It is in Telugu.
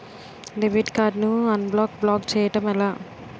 డెబిట్ కార్డ్ ను అన్బ్లాక్ బ్లాక్ చేయటం ఎలా?